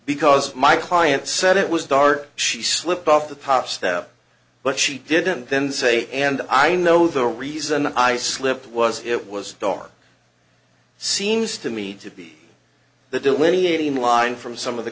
because my client said it was dark she slipped off the top step but she didn't then say and i know the reason i slipped was it was dark seems to me to be the delineating line from some of the